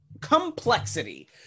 complexity